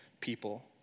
people